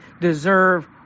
deserve